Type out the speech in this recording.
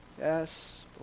Yes